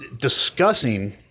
discussing